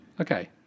Okay